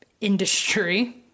industry